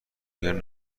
میگن